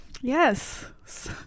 yes